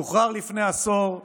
הוא שוחרר לפני עשור,